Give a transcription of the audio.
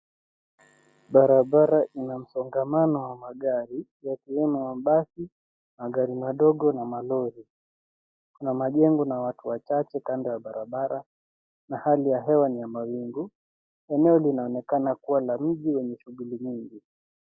Barabara ina msongamano wa magari yaliyo na mabasi, magari madogo na malori. Kuna majengo na watu wachache kando ya barabara na hali ya hewa ni ya mawingu. Eneo linaonekana kuwa la mji wenye shughuli nyingi.